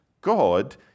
God